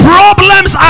Problems